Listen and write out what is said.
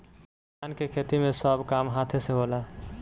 धान के खेती मे सब काम हाथे से होला